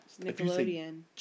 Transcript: Nickelodeon